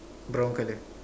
brown colour